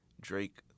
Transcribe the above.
Drake